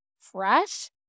fresh